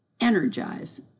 energize